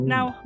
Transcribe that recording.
Now